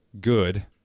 good